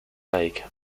lake